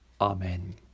Amen